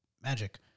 magic